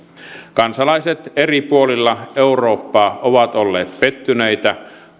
kansalaiset eri puolilla eurooppaa ovat olleet pettyneitä